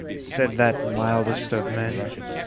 said that mildest of men,